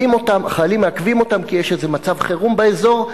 החיילים מעכבים אותם כי יש איזה מצב חירום באזור,